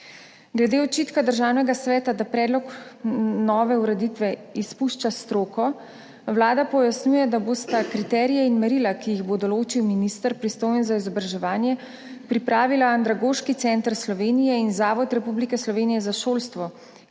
Glede očitka Državnega sveta, da predlog nove ureditve izpušča stroko, Vlada pojasnjuje, da bosta kriterije in merila, ki jih bo določil minister, pristojen za izobraževanje, pripravila Andragoški center Slovenije in Zavod Republike Slovenije za šolstvo,